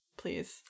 please